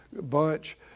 bunch